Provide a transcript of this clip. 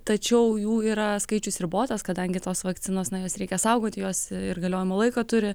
tačiau jų yra skaičius ribotas kadangi tos vakcinos na jas reikia saugoti jos ir galiojimo laiką turi